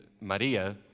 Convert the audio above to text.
Maria